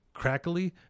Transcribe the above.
crackly